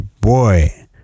boy